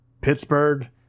Pittsburgh